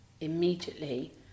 immediately